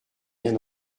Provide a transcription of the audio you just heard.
rien